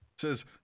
Says